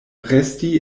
resti